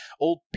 Old